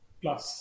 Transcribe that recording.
plus